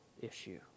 issue